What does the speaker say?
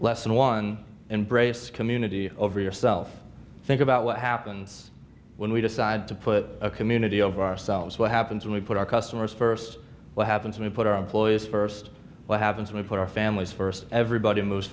less than one embrace community over yourself think about what happens when we decide to put a community of ourselves what happens when we put our customers first what happens when we put our employees first what happens when we put our families first everybody moves